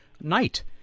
night